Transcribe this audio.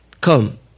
come